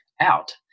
out